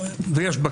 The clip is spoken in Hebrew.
ויש בה,